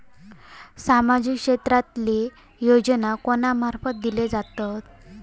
सामाजिक क्षेत्रांतले योजना कोणा मार्फत दिले जातत?